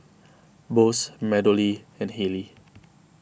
Bose MeadowLea and Haylee